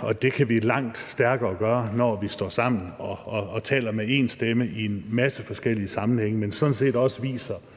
og det kan vi gøre langt stærkere, når vi står sammen og taler med én stemme i en masse forskellige sammenhænge, men sådan set også viser,